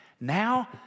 Now